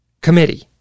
Committee